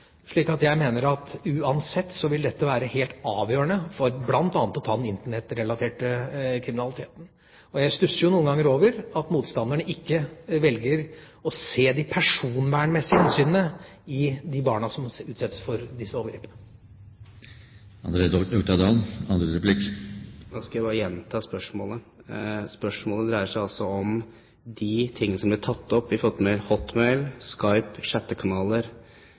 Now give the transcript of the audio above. jeg mener at uansett vil dette være helt avgjørende for bl.a. å ta den Internett-relaterte kriminaliteten. Jeg stusser noen ganger over at motstanderne ikke velger å se de personvernmessige hensynene til de barna som utsettes for overgrep. Da skal jeg bare gjenta spørsmålet. Spørsmålet dreier seg altså om de ting som ble tatt opp med hensyn til Hotmail, Skype og chattekanaler.